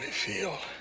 feel